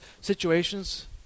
situations